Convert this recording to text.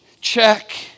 check